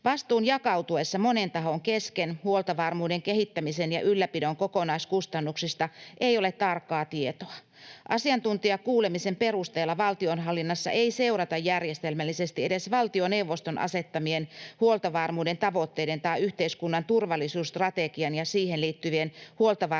Vastuun jakautuessa monen tahon kesken huoltovarmuuden kehittämisen ja ylläpidon kokonaiskustannuksista ei ole tarkkaa tietoa. Asiantuntijakuulemisen perusteella valtionhallinnossa ei seurata järjestelmällisesti edes valtioneuvoston asettamien huoltovarmuuden tavoitteiden tai yhteiskunnan turvallisuusstrategian ja siihen liittyvien huoltovarmuutta koskevien